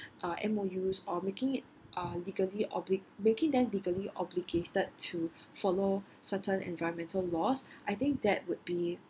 uh M_O_Us or making it uh legally obli~ making them legally obligated to follow certain environmental laws I think that would be